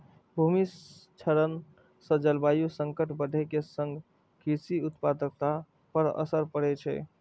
भूमि क्षरण सं जलवायु संकट बढ़ै के संग कृषि उत्पादकता पर असर पड़ै छै